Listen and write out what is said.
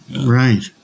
right